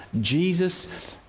Jesus